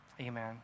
Amen